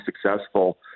successful